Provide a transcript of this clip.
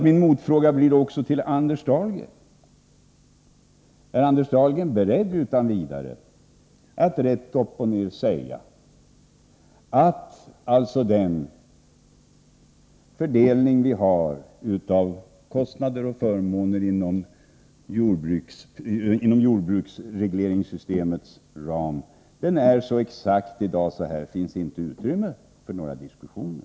Min motfråga blir då också till Anders Dahlgren: Är Anders Dahlgren utan vidare beredd att rätt upp och ner säga att den fördelning vi har av kostnader och förmåner inom jordbruksregleringens ram är så exakt i dag, så här finns inte utrymme för några diskussioner?